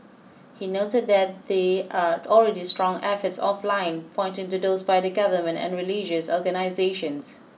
he noted that they are already strong efforts offline pointing to those by the government and religious organisations